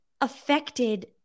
affected